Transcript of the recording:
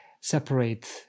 separate